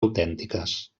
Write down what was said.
autèntiques